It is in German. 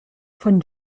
von